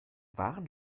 wahren